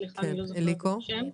סליחה, אני לא זוכרת את השם.